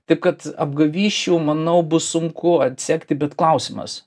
taip kad apgavysčių manau bus sunku atsekti bet klausimas